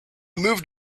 moved